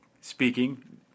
speaking